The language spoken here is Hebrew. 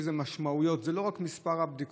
יש לזה משמעויות: זה לא רק מספר הבדיקות,